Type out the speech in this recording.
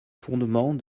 fondements